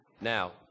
Now